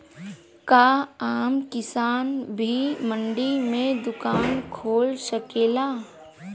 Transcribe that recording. का आम किसान भी मंडी में दुकान खोल सकेला?